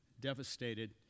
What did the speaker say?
devastated